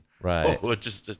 Right